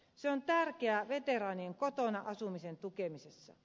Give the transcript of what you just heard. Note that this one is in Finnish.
se on tärkeä veteraanien kotona asumisen tukemisessa